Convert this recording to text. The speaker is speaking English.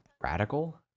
radical